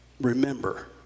remember